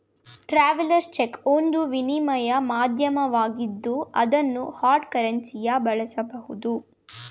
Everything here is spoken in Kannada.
ಟ್ರಾವೆಲ್ಸ್ ಚೆಕ್ ಒಂದು ವಿನಿಮಯ ಮಾಧ್ಯಮವಾಗಿದ್ದು ಅದನ್ನು ಹಾರ್ಡ್ ಕರೆನ್ಸಿಯ ಬಳಸಬಹುದು